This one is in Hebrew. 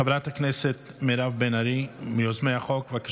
חברת הכנסת מירב בן ארי, מיוזמי החוק, בבקשה.